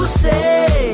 say